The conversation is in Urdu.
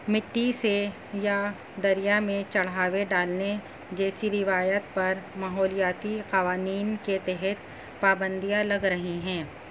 مٹی سے یا دریا میں چڑھاوے ڈالنے جیسی روایت پر ماحولیاتی قوانین کے تحت پابندیاں لگ رہی ہیں